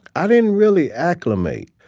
i didn't really acclimate.